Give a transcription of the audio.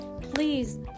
please